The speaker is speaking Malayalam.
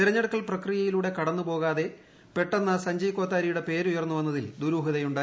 തെരഞ്ഞെടുക്കൽ പ്രക്രിയിലൂടെ കടന്നുപോകാതെ പെട്ടെന്ന് സഞ്ജയ് കോത്താരിയുടെ പേര് ഉയർന്നുവന്നതിൽ ദുരൂഹതയുണ്ട്